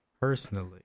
personally